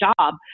job